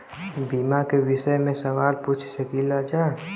बीमा के विषय मे सवाल पूछ सकीलाजा?